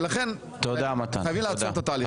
ולכן חייבים לעצור את התהליך.